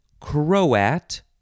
croat